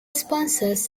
sponsors